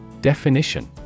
Definition